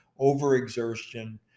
overexertion